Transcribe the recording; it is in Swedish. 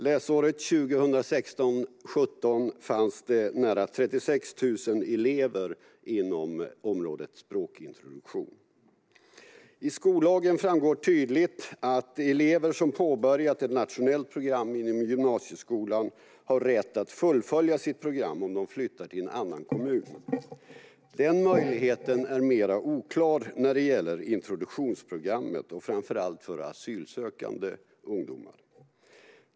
Under läsåret 2016/17 fanns nära 36 000 elever inom området språkintroduktion. I skollagen framgår det tydligt att elever som har påbörjat ett nationellt program inom gymnasieskolan har rätt att fullfölja sitt program om de flyttar till en annan kommun. Denna möjlighet är mer oklar när det gäller introduktionsprogrammet och framför allt för asylsökande ungdomar.